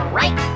right